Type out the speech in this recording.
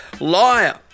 liar